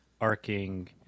arcing